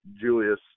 Julius